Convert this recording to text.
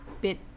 bit